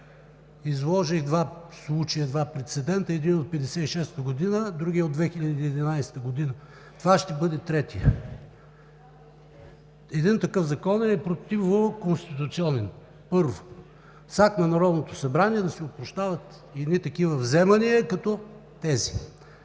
изложих два случая, два прецедента – единият е от 1956 г., другият е от 2011 г. Това ще бъде третият. Един такъв закон е противоконституционен, първо – с акт на Народното събрание да се опрощават такива вземания като тези.